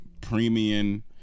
premium